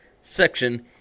section